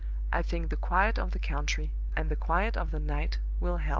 i think the quiet of the country and the quiet of the night will help me.